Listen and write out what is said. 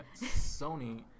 sony